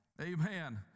amen